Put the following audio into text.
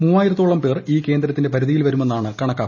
മൂവായിരത്തോളം പേർ ഈ കേന്ദ്രത്തിന്റെ പരിധിയിൽ വരുമെന്നാണ് കണക്കാക്കുന്നത്